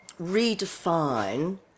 redefine